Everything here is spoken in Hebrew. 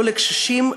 לא לקשישים,